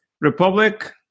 Republic